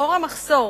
לאור המחסור